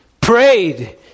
Prayed